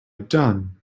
done